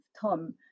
Tom